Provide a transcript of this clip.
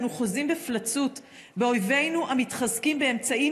אנו חוזים בפלצות באויבינו המתחזקים באמצעים